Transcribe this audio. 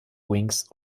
wings